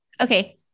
Okay